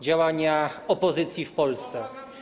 działania opozycji w Polsce.